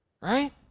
Right